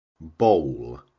bowl